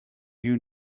you